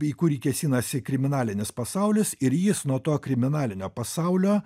į kurį kėsinasi kriminalinis pasaulis ir jis nuo to kriminalinio pasaulio